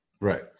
Right